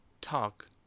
Talk